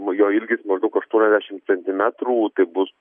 nu jo ilgis maždaug aštuoniasdešim centimetrų tai bus